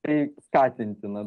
tai skatintina